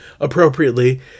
appropriately